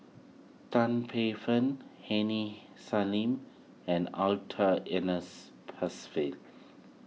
Tan Paey Fern Aini Salim and Arthur Ernest